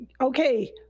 okay